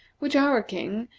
which our king,